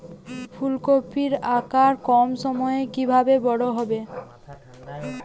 ফুলকপির আকার কম সময়ে কিভাবে বড় হবে?